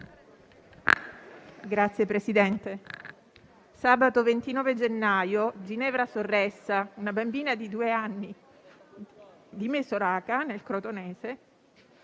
Signor Presidente, sabato 29 gennaio Ginevra Sorressa, una bambina di due anni di Mesoraca, nel Crotonese,